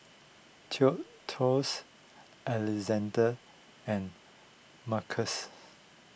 Alexandre and Marcus